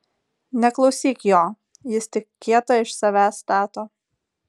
neklausyk jo jis tik kietą iš savęs stato